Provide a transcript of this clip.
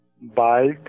bald